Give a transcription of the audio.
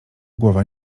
głowa